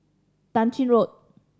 Tah Ching Road